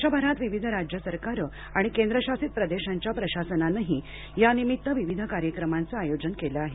देशभरात विविध राज्य सरकारं आणि केंद्रशासित प्रदेशांच्या प्रशासनानंही यानिमित्तानं विविध कार्यक्रमांचं आयोजन केलं आहे